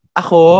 ako